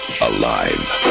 alive